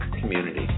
community